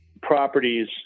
properties